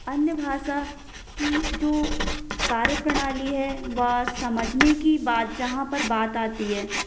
अन्य भाषा की जो कार्य प्रणाली है वह समझने की बात जहाँ पर बात आती है